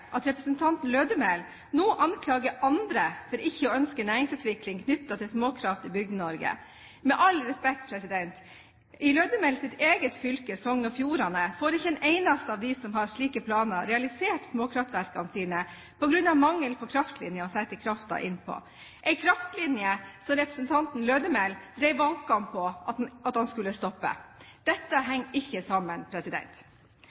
at representanten Lødemel nå anklager andre for ikke å ønske næringsutvikling knyttet til småkraft i Bygde-Norge. Med all respekt: I Lødemels eget fylke, Sogn og Fjordane, får ikke en eneste av dem som har slike planer, realisert småkraftverkene sine, på grunn av mangel på kraftlinje å sette kraften inn på – en kraftlinje som representanten Lødemel drev valgkamp på at han skulle stoppe. Dette